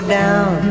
down